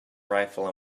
rifle